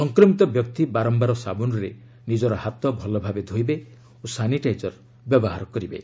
ସଂକ୍ରମିତ ବ୍ୟକ୍ତି ବାରମ୍ଭାର ସାବୁନରେ ନିଜ ହାତ ଭଲଭାବେ ଧୋଇବେ ଓ ସାନିଟାଇଜର ବ୍ୟବହାର କରିବେ